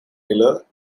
miller